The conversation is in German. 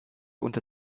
unter